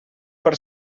per